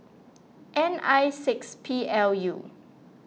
N I six P L U